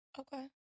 Okay